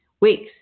weeks